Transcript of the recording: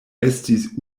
estis